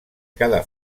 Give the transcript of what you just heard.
cada